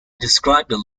described